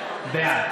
בעד